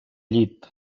llit